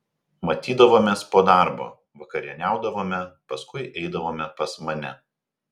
matydavomės po darbo vakarieniaudavome paskui eidavome pas mane